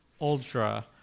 ultra